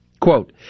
quote